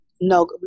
no